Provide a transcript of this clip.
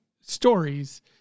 stories